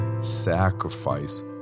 sacrifice